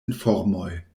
informoj